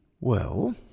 Well